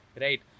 Right